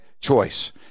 Choice